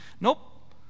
Nope